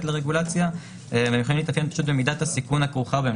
לרגולציה ובמידת הסיכון הכרוכה בהן.